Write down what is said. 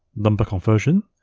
number conversion,